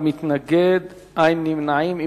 מתנגד אחד, אין נמנעים.